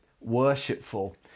worshipful